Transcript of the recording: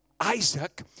Isaac